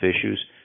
issues